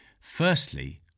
Firstly